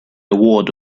award